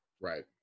Right